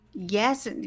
Yes